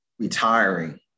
retiring